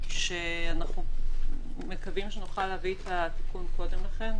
כשאנחנו מקווים שנוכל להביא את התיקון עוד קודם לכן,